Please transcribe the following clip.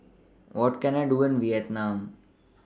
What Can I Do in Vietnam